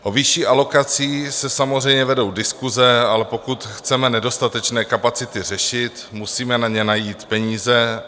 O vyšší alokaci se samozřejmě vedou diskuse, ale pokud chceme nedostatečné kapacity řešit, musíme na ně najít peníze.